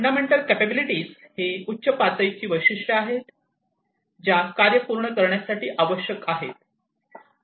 fundamental capability ही उच्च पातळीची वैशिष्ट्ये आहेत ज्या कार्य पूर्ण करण्यासाठी आवश्यक आहेत